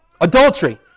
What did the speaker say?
Adultery